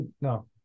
No